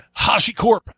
HashiCorp